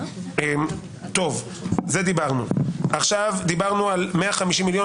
דיברנו על 150,000,000,